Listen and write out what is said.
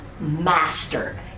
master